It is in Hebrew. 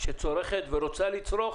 שצורכת ורוצה לצרוך